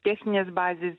techninės bazės